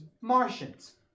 Martians